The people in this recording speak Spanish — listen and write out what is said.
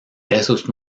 esos